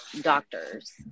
doctors